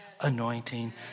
anointing